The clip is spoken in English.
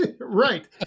Right